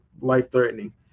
life-threatening